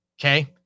Okay